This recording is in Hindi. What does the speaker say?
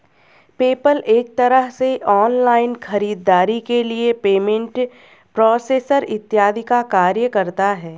पेपल एक तरह से ऑनलाइन खरीदारी के लिए पेमेंट प्रोसेसर इत्यादि का कार्य करता है